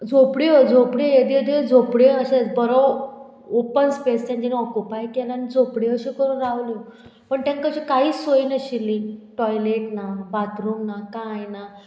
झोपड्यो झोपड्यो येद्यो येद्यो झोपड्यो अशें बरो ओपन स्पेस तेंच्यानी ऑकुपाय केल्या आनी झोपड्यो अश्यो करून रावल्यो पण तेंका अश्यो कांयच सोय नाशिल्ली टॉयलेट ना बाथरूम ना कांय ना